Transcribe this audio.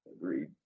Agreed